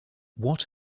what